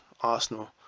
Arsenal